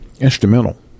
instrumental